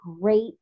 great